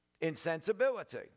insensibility